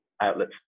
outlets